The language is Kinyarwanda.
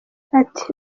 ati